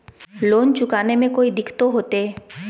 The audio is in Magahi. लोन चुकाने में कोई दिक्कतों होते?